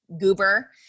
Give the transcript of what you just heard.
goober